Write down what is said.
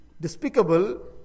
despicable